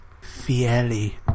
Fieri